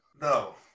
No